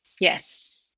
Yes